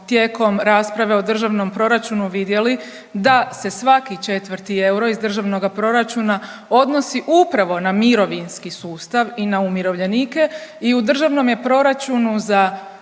tijekom rasprave o državnom proračunu vidjeli da se svaki 4. euro iz državnoga proračuna odnosi upravo na mirovinski sustav i na umirovljenike i u državnom je proračunu za